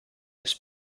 this